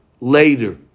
later